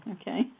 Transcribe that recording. okay